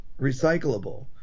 recyclable